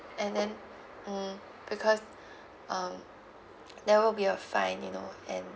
and then mm because um there will be a fine you know and